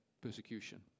persecution